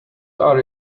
are